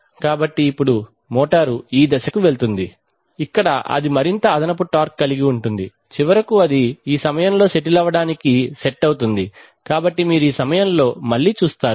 కాబట్టి ఇప్పుడు మోటారు ఈ దశకు వెళుతుంది ఇక్కడ అది మరింత అదనపు టార్క్ కలిగి ఉంటుంది చివరికి అది ఈ సమయంలో సెటిల్ అవడానికి సెట్ అవుతుంది కాబట్టి మీరు ఈ సమయంలో మళ్ళీ చూస్తారు